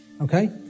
Okay